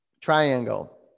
triangle